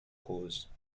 cause